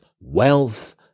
wealth